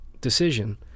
decision